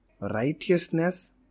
Righteousness